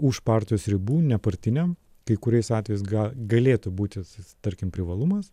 už partijos ribų nepartiniam kai kuriais atvejais ga galėtų būti tarkim privalumas